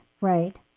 right